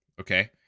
okay